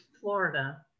Florida